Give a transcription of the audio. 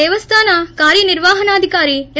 దేవస్థాన కార్యనిర్వహణాధికారి ఎం